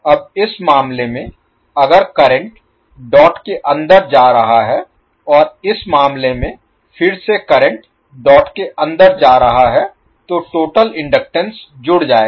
अब इस मामले में अगर करंट डॉट के अंदर जा रहा है और इस मामले में फिर से करंट डॉट के अंदर जा रहा है तो टोटल इनडक्टेंस जुड़ जाएगा